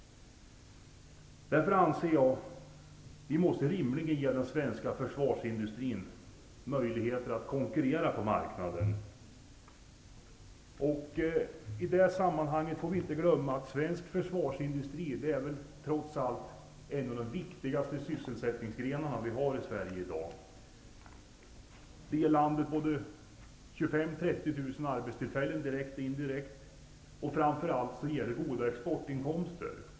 Därför anser jag att vi rimligen måste ge den svenska försvarsindustrin möjligheter att konkurrera på marknaden. I det sammanhanget får vi inte glömma att försvarsindustrin trots allt är en av de viktigaste sysselsättningsgrenarna vi har i Sverige i dag. Den ger landet 25 000--30 000 arbetstillfällen direkt och indirekt, och framför allt ger den goda exportinkomster.